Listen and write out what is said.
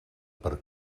per